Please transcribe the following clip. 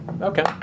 Okay